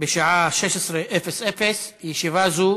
בשעה 16:00. ישיבה זו